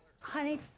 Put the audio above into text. Honey